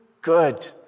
good